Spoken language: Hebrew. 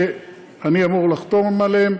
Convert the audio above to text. שאני אמור לחתום עליהן,